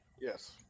yes